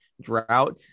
drought